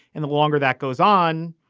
and the longer that goes on,